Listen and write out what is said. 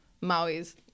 Maui's